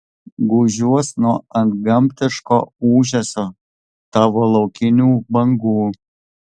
gūžiuos nuo antgamtiško ūžesio tavo laukinių bangų